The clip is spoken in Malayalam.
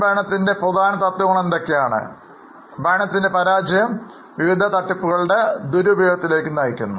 ഭരണത്തിൻറെ പ്രധാന തത്വങ്ങൾ എന്തൊക്കെയാണ് ഭരണത്തിൻറെ പരാജയം വിവിധ തട്ടിപ്പുകളുടെ ദുരുപയോഗത്തിലേക്ക് നയിക്കുന്നു